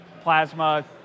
Plasma